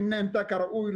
האם נענתה כראוי,